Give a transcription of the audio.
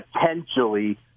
potentially